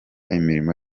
imirimo